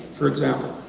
for example,